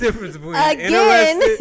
Again